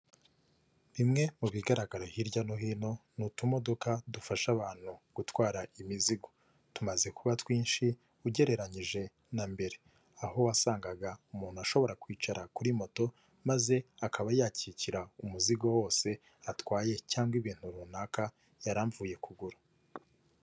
Bimwe mu bigaragara hirya no hino ni utumodoka dufasha abantu gutwara imizigo, tumaze kuba twinshi ugereranyije na mbere aho wasangaga umuntu ashobora kwicara kuri moto maze akaba yakikira umuzigo wose atwaye cyangwa ibintu runaka yaravuye kugura.